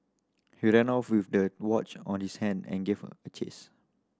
he ran off with the watch on his hand and gave a chase